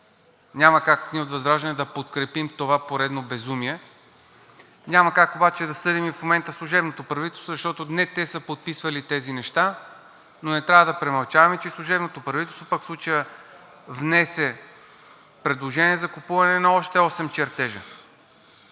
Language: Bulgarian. Няма как ние от ВЪЗРАЖДАНЕ да подкрепим това поредно безумие. Няма как обаче да съдим в момента и служебното правителство, защото не те са подписвали тези неща, но не трябва да премълчаваме и че пък служебното правителство в случая внесе предложение за закупуване на още осем чертежа.